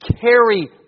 carry